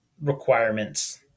requirements